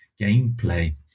gameplay